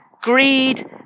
greed